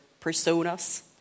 personas